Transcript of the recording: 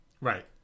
Right